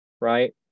Right